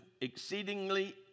exceedingly